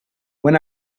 when